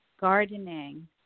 gardening